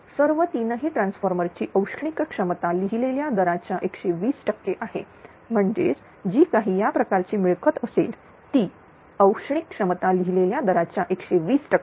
सर्व तीनही ट्रान्सफॉर्मरची औष्णिक क्षमता लिहिलेल्या दराच्या120 टक्केआहे म्हणजेच जी काही या प्रकारची मिळकत असेल ती औष्णिक क्षमता लिहिलेल्या दराच्या 120 टक्के